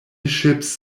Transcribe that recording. ships